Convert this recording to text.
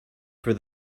for